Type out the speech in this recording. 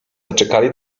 zaczekali